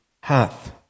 hath